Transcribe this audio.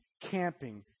camping